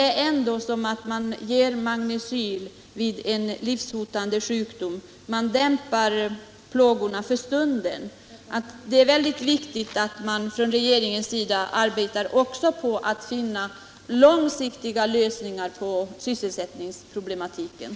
Har arbetsmarknadsministern uppmärksammat de negativa konsekvenser som utbildningsbidraget fått när det gäller möjligheter att rekrytera arbetskraft till expansiva företag på vissa orter?